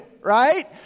Right